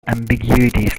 ambiguities